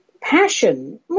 Passion